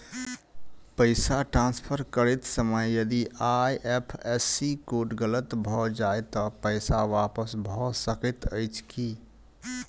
पैसा ट्रान्सफर करैत समय यदि आई.एफ.एस.सी कोड गलत भऽ जाय तऽ पैसा वापस भऽ सकैत अछि की?